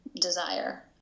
desire